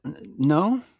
no